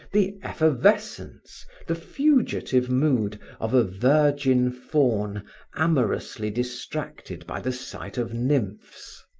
the effervescence, the fugitive mood of a virgin faun amorously distracted by the sight of nymphs.